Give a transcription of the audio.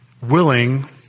willing